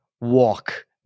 walk